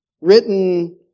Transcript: written